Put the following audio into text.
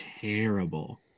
terrible